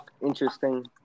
interesting